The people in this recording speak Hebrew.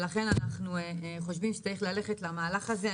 לכן אנחנו חושבים שצריך ללכת למהלך הזה.